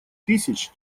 тысяч